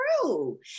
true